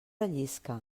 rellisca